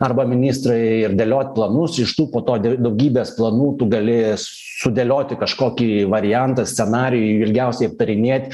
arba ministrai ir dėliot planus iš tų po to daugybės planų tu gali sudėlioti kažkokį variantą scenarijų ilgiausiai aptarinėt